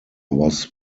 was